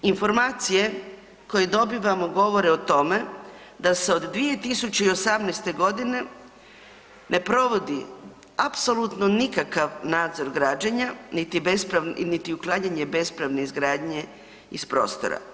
Informacije koje dobivamo, govore o tome da se od 2018. g. ne provodi apsolutno nikakav nadzor građenja i niti uklanjanje bespravne izgradnje iz prostora.